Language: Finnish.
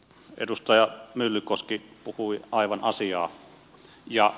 edustaja myllykoski puhui aivan asiaa